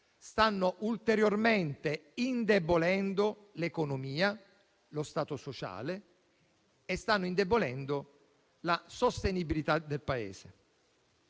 stanno ulteriormente indebolendo l'economia, lo Stato sociale e la sostenibilità del Paese.